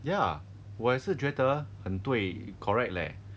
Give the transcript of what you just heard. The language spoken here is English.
ya 我也是觉得很对 correct leh